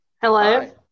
Hello